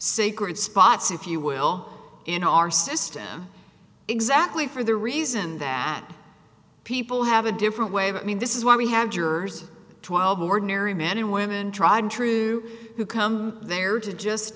sacred spots if you will in our system exactly for the reason that people have a different way of i mean this is why we have jurors twelve ordinary men and women tried and true who come there to just